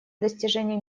достижения